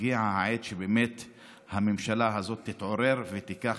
הגיעה העת שהממשלה הזאת תתעורר ותיקח